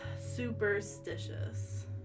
superstitious